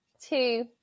two